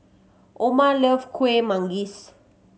Oma love Kuih Manggis